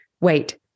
Wait